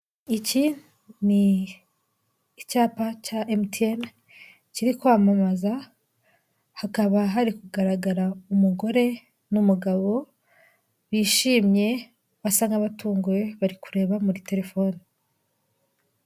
Iki ni icyapa cya emutiyene kiri kwamamaza hakaba hari kugaragara umugore n'umugabo bishimye basa nk'abatunguwe bari kureba muri telefoni.